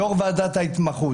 יו"ר ועדת ההתמחות,